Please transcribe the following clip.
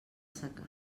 secà